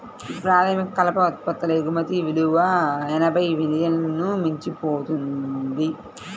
ప్రాథమిక కలప ఉత్పత్తుల ఎగుమతి విలువ ఎనభై మిలియన్లను మించిపోయింది